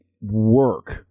work